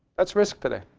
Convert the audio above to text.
that's risk today.